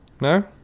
No